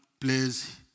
plays